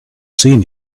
seen